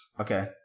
Okay